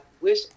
wish